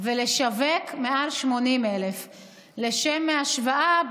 ולשווק מעל 80,000. לשם השוואה,